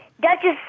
Duchess